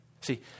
See